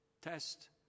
test